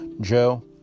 Joe